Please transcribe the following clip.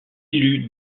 élu